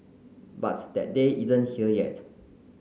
but that day isn't here yet